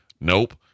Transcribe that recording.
Nope